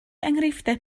enghreifftiau